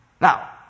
Now